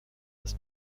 des